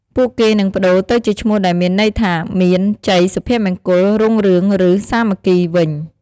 ពួកគេនឹងប្ដូរទៅជាឈ្មោះដែលមានន័យថា "មាន" "ជ័យ" "សុភមង្គល" "រុងរឿង" ឬ "សាមគ្គី" វិញ។